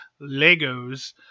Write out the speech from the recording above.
Legos